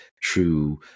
true